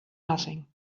nothing